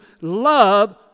love